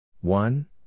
One